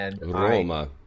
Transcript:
Roma